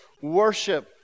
worship